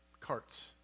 carts